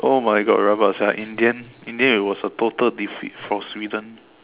oh my God rabak sia in the end in the end it was a total defeat for Sweden